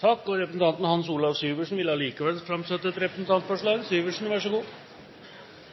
Så vil representanten Hans Olav Syversen likevel framsette et representantforslag! Jeg vet ikke om presidenten synes det er en god